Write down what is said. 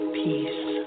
peace